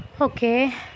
okay